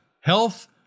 health